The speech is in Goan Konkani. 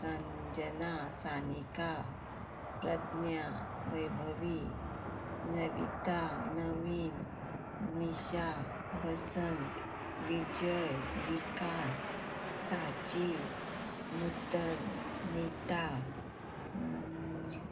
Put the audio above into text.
संजना सानिका प्रज्ञा वैभवी नविता नवीन निशा वसंत विजय विकास साची नुतन निता